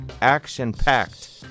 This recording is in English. action-packed